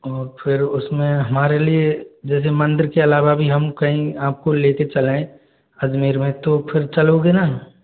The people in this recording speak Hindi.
और फिर उसमे हमारे लिए यदि मंदिर के अलवा भी हम कहीं आपको ले के चलें अजमेर में तो फिर चलोगे ना